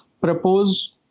propose